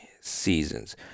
seasons